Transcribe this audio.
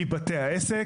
מבתי העסק,